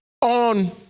on